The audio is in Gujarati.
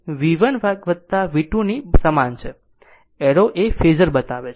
આમ v A V1 V2 ની સમાન છે એરો એ ફેઝર બતાવે છે